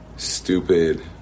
Stupid